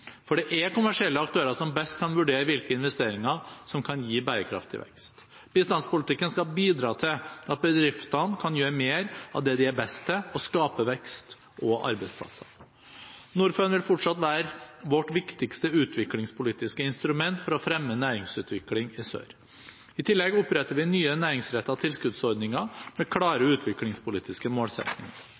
For det er kommersielle aktører som best kan vurdere hvilke investeringer som kan gi bærekraftig vekst. Bistandspolitikken skal bidra til at bedriftene kan gjøre mer av det de er best til – å skape vekst og arbeidsplasser. Norfund vil fortsatt være vårt viktigste utviklingspolitiske instrument for å fremme næringsutvikling i sør. I tillegg oppretter vi nye næringsrettede tilskuddsordninger med klare utviklingspolitiske målsettinger.